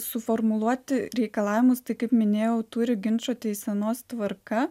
suformuluoti reikalavimus tai kaip minėjau turi ginčo teisenos tvarka